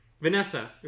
Vanessa